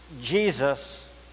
Jesus